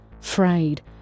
frayed